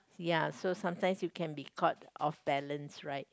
ya so sometimes you can be caught off balance right